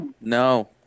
No